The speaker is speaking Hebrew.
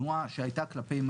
אולי אמרתי את זה פעם.